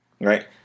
right